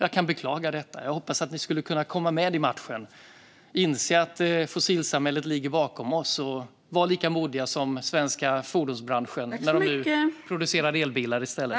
Jag beklagar detta. Jag hoppas att ni kan komma med i matchen. Inse att fossilsamhället ligger bakom oss! Var lika modiga som den svenska fordonsbranschen, som nu producerar elbilar i stället!